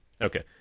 Okay